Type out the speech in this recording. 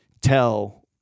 tell